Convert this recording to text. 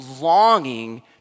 longing